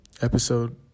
episode